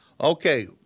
Okay